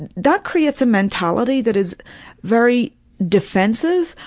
and that creates a mentality that is very defensive,